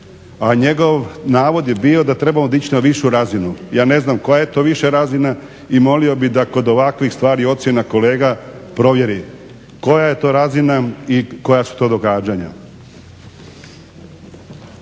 A njegov navod je bio da trebamo dići na višu razinu. Ja ne znam koja je to viša razina i molio bi da kod ovakvih stvari ocjena kolega provjeri koja je to razina i koja su to događanja.